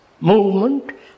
movement